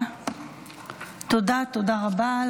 תודה רבה.